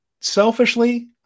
Selfishly